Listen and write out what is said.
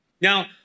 Now